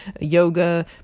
yoga